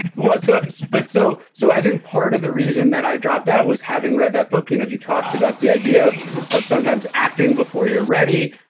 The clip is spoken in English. so but so so i think part of the reason that i dropped out was having read that book. you know he talks about the idea of of sometimes acting before you're ready.